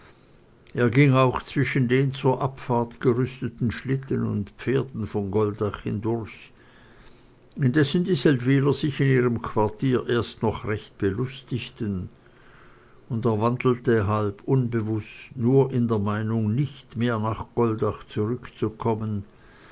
er ging auch zwischen den zur abfahrt gerüsteten schlitten und pferden von goldach hindurch indessen die seldwyler sich in ihrem quartiere erst noch recht belustigten und er wandelte halb unbewußt nur in der meinung nicht mehr nach goldach zurückzukommen